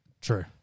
True